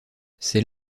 c’est